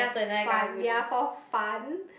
fun they're for fun